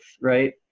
right